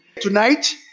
tonight